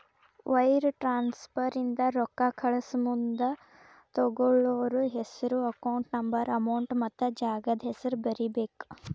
wire transfer ಇಂದ ರೊಕ್ಕಾ ಕಳಸಮುಂದ ತೊಗೋಳ್ಳೋರ್ ಹೆಸ್ರು ಅಕೌಂಟ್ ನಂಬರ್ ಅಮೌಂಟ್ ಮತ್ತ ಜಾಗದ್ ಹೆಸರ ಬರೇಬೇಕ್